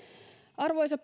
arvoisa